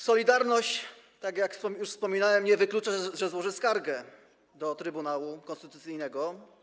Solidarność”, tak jak już wspomniałem, nie wyklucza, że złoży skargę do Trybunału Konstytucyjnego.